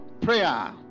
prayer